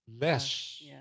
less